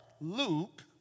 Luke